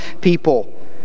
people